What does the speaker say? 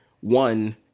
one